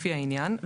לפי העניין,